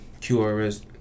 QRS